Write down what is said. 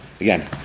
Again